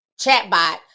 chatbot